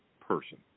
person